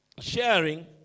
sharing